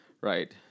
right